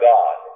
God